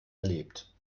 erlebt